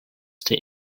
team